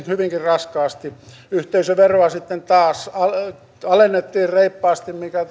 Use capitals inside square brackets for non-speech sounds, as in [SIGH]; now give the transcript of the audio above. hyvinkin raskaasti yhteisöveroa sitten taas alennettiin reippaasti mikä [UNINTELLIGIBLE]